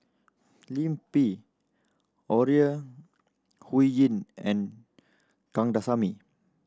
Lim Pin Ore Huiying and Kandasamy